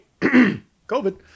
COVID